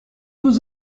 was